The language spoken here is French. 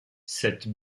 cette